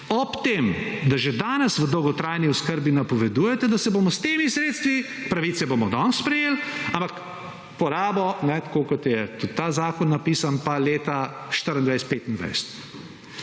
Ob tem, da že danes v dolgotrajni oskrbi napovedujete, da se bomo s temi sredstvi, pravice bomo danes sprejeli, ampak porabo, tako kot je tudi ta zakon napisan, pa leta 2024, 2025.